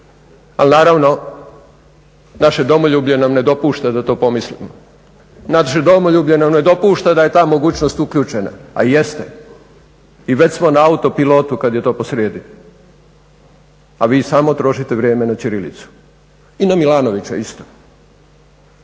Ali naravno naše domoljublje nam ne dopušta da to pomislimo, znači domoljublje nam ne dopušta da je ta mogućnost uključena, a jeste i već smo na autopilotu kada je to posrijedi, a vi samo trošite vrijeme na ćirilicu i na Milanovića isto,